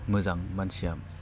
मोजां मानसिया